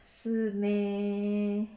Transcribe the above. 是 meh